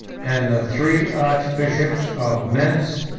and the three archbishops of mentz,